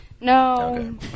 No